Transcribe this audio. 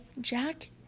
Jack